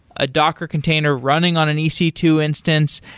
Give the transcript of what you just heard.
a docker container running on an e c two instance,